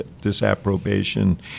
disapprobation